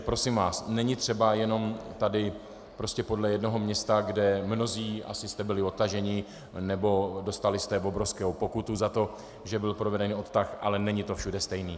Prosím vás, není třeba jenom tady podle jednoho města, kde mnozí asi jste byli odtaženi nebo dostali jste obrovskou pokutu za to, že byl proveden odtah, ale není to všude stejné.